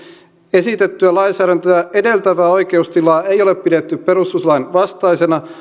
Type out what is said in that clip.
esitettyä lainsäädäntöä edeltävää oikeustilaa ei ole pidetty perustuslain vastaisena